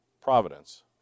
providence